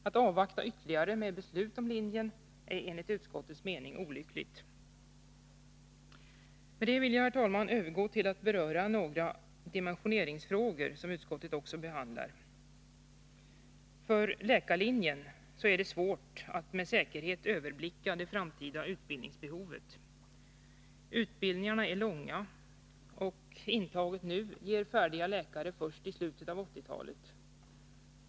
Att avvakta ytterligare med beslut om linjen är enligt utskottets mening olyckligt. Härefter vill jag, herr talman, övergå till att beröra några dimensioneringsfrågor, som utskottet också behandlar. För läkarlinjen är det svårt att med säkerhet överblicka det framtida utbildningsbehovet. Utbildningarna är långa, och intaget nu ger färdiga läkare först i slutet av 1980-talet.